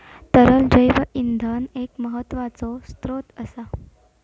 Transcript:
तरल जैव इंधन एक महत्त्वाचो स्त्रोत असा